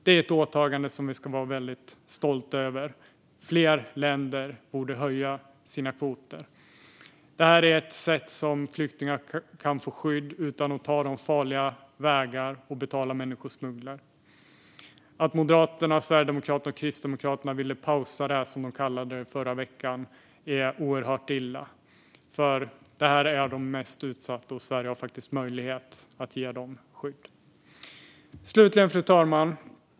Det är ett åtagande som vi ska vara väldigt stolta över. Fler länder borde höja sina kvoter. Det är ett sätt för flyktingar att få skydd utan att ta farliga vägar och betala människosmugglare. Att Moderaterna, Sverigedemokraterna och Kristdemokraterna förra veckan ville pausa detta, som de uttryckte det, är oerhört illa. Det här är de mest utsatta, och Sverige har möjlighet att ge dem skydd. Fru talman!